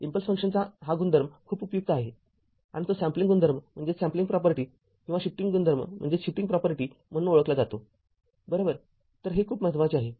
impulse फंक्शनचा हा गुणधर्म खूप उपयुक्त आहे आणि तो सॅम्पलिंग गुणधर्म किंवा शिफ्टिंग गुणधर्म म्हणून ओळखला जातो बरोबर तर हे खूप महत्वाचे आहे